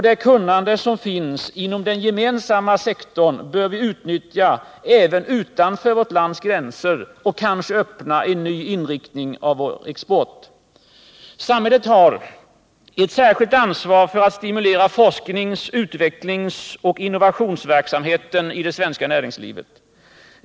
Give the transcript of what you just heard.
Det kunnande som finns inom den gemensamma sektorn bör vi utnyttja även utanför vårt lands gränser och kanske öppna en ny inriktning av vår export. Samhället har ett särskilt ansvar för att stimulera forsknings-, utvecklingsoch innovationsverksamheten i det svenska näringslivet.